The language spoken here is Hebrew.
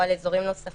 או על אזורים נוספים.